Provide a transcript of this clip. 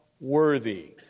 worthy